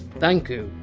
thank you!